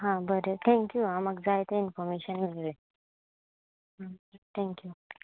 आं बरें थँक्यू आं म्हाका जाय तें इनफोरशन मेळें थँक्यू